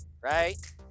right